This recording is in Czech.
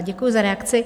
Děkuji za reakci.